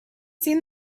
seen